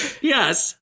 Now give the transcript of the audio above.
yes